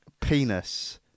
penis